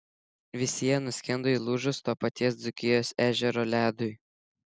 visi jie nuskendo įlūžus to paties dzūkijos ežero ledui